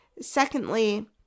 Secondly